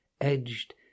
edged